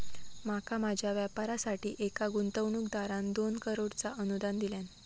माका माझ्या व्यापारासाठी एका गुंतवणूकदारान दोन करोडचा अनुदान दिल्यान